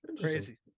Crazy